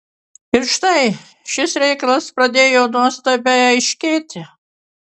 ir štai šis reikalas pradėjo nuostabiai aiškėti